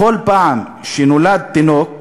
בכל פעם שנולד תינוק,